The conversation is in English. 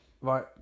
Right